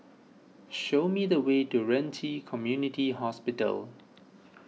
show me the way to Ren Ci Community Hospital